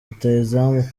rutahizamu